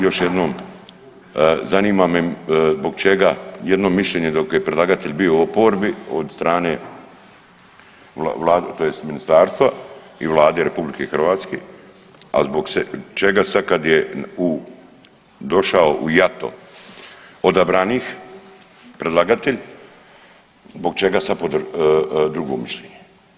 Još jednom zanima me zbog čega jedno mišljenje dok je predlagatelj bio u oporbi od strane tj. ministarstva i Vlade RH, a zbog čega sad kad je došao u jato odabranih predlagatelj zbog čega sad drugo mišljenje.